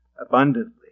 abundantly